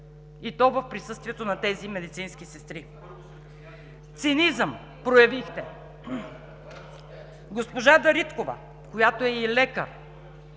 и то в присъствието на тези медицински сестри! Цинизъм проявихте! Госпожа Дариткова, която е и лекар,